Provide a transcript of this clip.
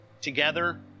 Together